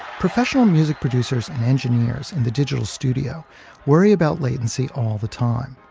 professional music producers and engineers in the digital studio worry about latency all the time.